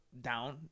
down